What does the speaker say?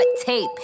tape